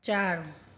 चारि